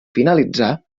finalitzar